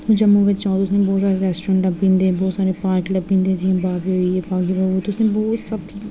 जम्मू बिच आओ ते तुसें ई बहोत सारे रेस्टोरेंट लब्भी जन्दे बहोत सारे पार्क लब्भी जन्दे जि'यां पार्क होइया बाग ए बाहु तुसें ई बहोत सारे